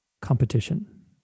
competition